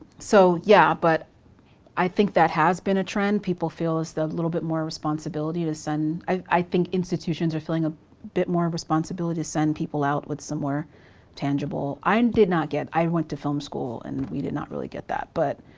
so yeah, but i think that has been a trend. people feel is just a little bit more responsibility to send, i think institutions are feeling a bit more responsibility to send people out with some more tangible. i and did not get, i went to film school and we did not really get that. but